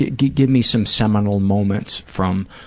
ah give give me some seminal moments from,